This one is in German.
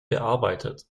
bearbeitet